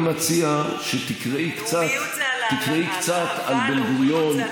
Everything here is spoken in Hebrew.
אני מציע שתקראי קצת על בן-גוריון,